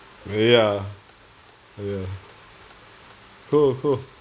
ya uh ya cool cool